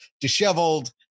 disheveled